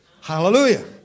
Hallelujah